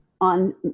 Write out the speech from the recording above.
on